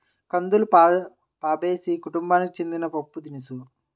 కందులు ఫాబేసి కుటుంబానికి చెందిన పప్పుదినుసు